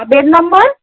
আর bed নম্বর